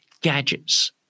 gadgets